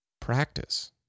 Practice